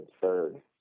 third